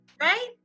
right